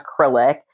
acrylic